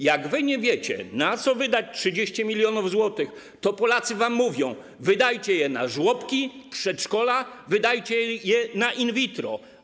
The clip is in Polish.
Jak wy nie wiecie, na co wydać 30 mln zł, to Polacy wam mówią: wydajcie je na żłobki, przedszkola, wydajcie je na in vitro.